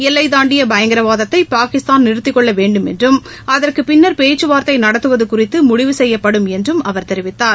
எல்லை தாண்டிய பயங்கரவாதத்தை பாகிஸ்தான் நிறுத்திக் கொள்ள வேண்டுமென்றும் அதற்குப் பின்னர் பேச்சுவார்த்தை நடத்துவது குறித்து முடிவு செய்யப்படும் என்றும் அவர் தெரிவித்தார்